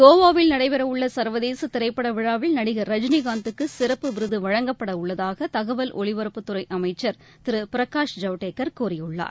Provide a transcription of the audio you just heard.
கோவாவில் நடைபெறவுள்ள சர்வதேச திரைப்பட விழாவில் நடிகர் ரஜினி காந்துக்கு சிறப்பு விருது வழங்கப்படவுள்ளதாக தகவல் ஒலிபரப்புத்துறை அமைச்சர் திரு பிரகாஷ் ஜவடேகர் கூறியுள்ளார்